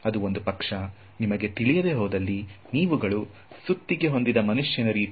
ಇದು ಒಂದು ಸುತ್ತಿಗೆ ಹೊಂದಿದ ಮನುಷ್ಯನ ರೀತಿ